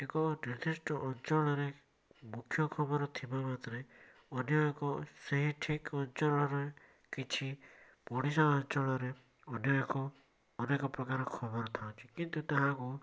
ଏକ ନିର୍ଦ୍ଧିଷ୍ଟ ଅଞ୍ଚଳରେ ମୁଖ୍ୟ ଖବର ଥିବା ମାତ୍ରେ ଅନ୍ୟ ଏକ ସେହି ଠିକ ଅଞ୍ଚଳରେ କିଛି ପଡ଼ିଶା ଅଞ୍ଚଳରେ ଅନ୍ୟ ଏକ ଅନେକ ପ୍ରକାର ଖବର ଥାଉଛି କିନ୍ତୁ ତାହାକୁ